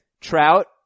Trout